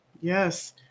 Yes